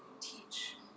teach